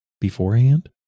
beforehand